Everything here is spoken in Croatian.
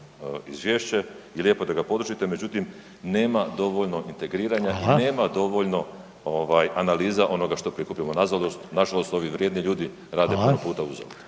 izvješće i lijepo je da ga podržite, međutim nema dovoljno integriranja …/Upadica: Hvala/…i nema dovoljno ovaj analiza onoga što prikupimo. Nažalost, nažalost ovi vrijedni ljudi rade par puta …/Upadica: